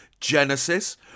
Genesis